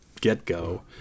get-go